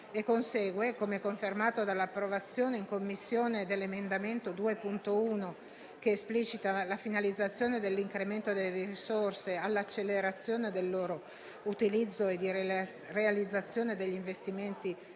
Ne consegue, come confermato dall'approvazione in Commissione dell'emendamento 2.1, che esplicita la finalizzazione dell'incremento delle risorse all'accelerazione del loro utilizzo e alla realizzazione degli investimenti